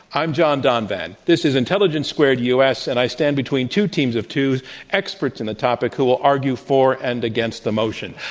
i'm john donvan. this is intelligence squared u. s, and i stand between two teams of two experts on and the topic, who will argue for and against the motion.